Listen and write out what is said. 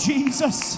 Jesus